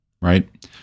right